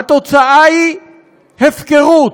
התוצאה היא הפקרות.